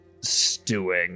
stewing